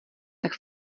tak